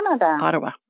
Ottawa